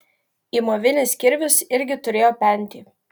įmovinis kirvis irgi turėjo pentį